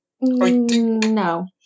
No